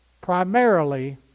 primarily